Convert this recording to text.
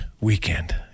weekend